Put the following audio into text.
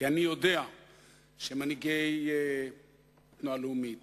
כי אני יודע שמנהיגי התנועה הלאומית